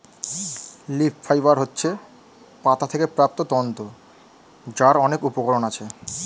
leaf fibre হচ্ছে পাতা থেকে প্রাপ্ত তন্তু যার অনেক উপকরণ আছে